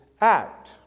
act